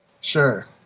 Sure